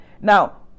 now